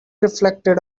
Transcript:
reflected